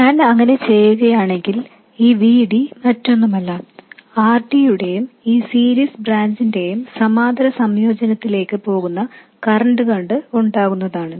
ഞാൻ അങ്ങനെ ചെയ്യുകയാണെങ്കിൽ ഈ V D മറ്റൊന്നുമല്ല R Dയുടെയും ഈ സീരീസ് ബ്രാഞ്ചിന്റെയും സമാന്തര സംയോജനത്തിലേക്ക് പോകുന്ന കറൻറ് കൊണ്ട് ഉണ്ടാകുന്നതാണ്